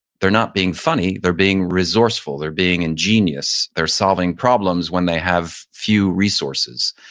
they're not being funny. they're being resourceful, they're being ingenious. they're solving problems when they have few resources.